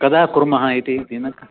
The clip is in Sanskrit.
कदा कुर्मः इति दिनं